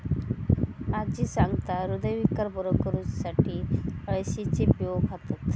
आजी सांगता, हृदयविकार बरो करुसाठी अळशीचे बियो खातत